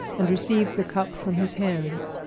and received the cup from his hands.